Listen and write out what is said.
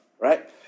right